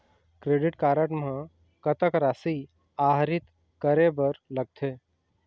Credit card म कतक राशि आहरित करे बर लगथे?